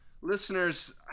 listeners